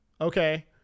Okay